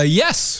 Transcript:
yes